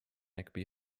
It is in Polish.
jakby